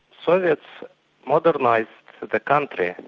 soviets modernised the kind of